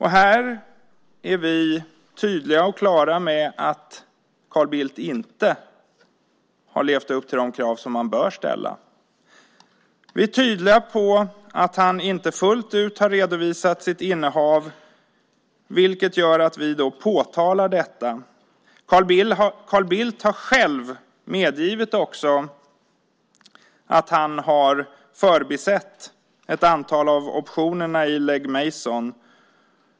Här är vi tydliga och klara med att Carl Bildt inte har levt upp till de krav som man bör ställa. Vi är tydliga när det gäller att han inte fullt ut har redovisat sitt innehav, vilket gör att vi påtalar detta. Carl Bildt har själv också medgivit att han har förbisett ett antal av optionerna i Legg Mason.